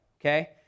okay